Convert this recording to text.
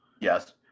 Yes